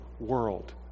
world